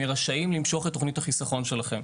רשאים למשוך את תוכנית החיסכון שלכם.